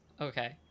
Okay